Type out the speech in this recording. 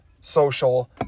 social